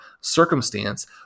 circumstance